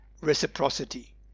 reciprocity